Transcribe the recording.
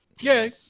yay